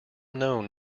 known